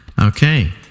Okay